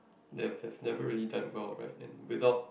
they they never really time out like in result